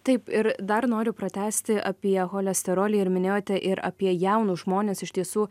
taip ir dar noriu pratęsti apie cholesterolį ir minėjote ir apie jaunus žmones iš tiesų